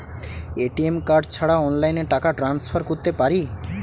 ATM card ছাড়া অনলাইনে টাকা টান্সফার করতে পারি?